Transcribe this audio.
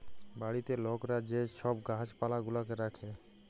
বাড়িতে লকরা যে ছব গাহাচ পালা গুলাকে রাখ্যে